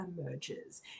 emerges